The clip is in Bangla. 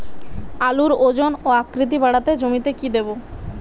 আলুর ওজন ও আকৃতি বাড়াতে জমিতে কি দেবো?